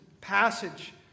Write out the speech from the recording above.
passage